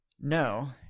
No